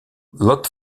lot